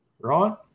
right